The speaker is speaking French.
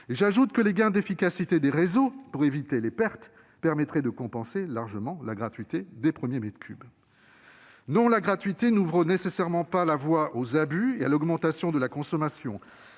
J'ajoute que les gains d'efficacité des réseaux pour éviter les pertes permettraient largement de compenser la gratuité des premiers mètres cubes. Non, la gratuité n'ouvre pas nécessairement la voie aux abus et à l'augmentation de la consommation.